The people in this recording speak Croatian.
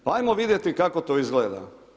Pa ajmo vidjeti kako to izgleda.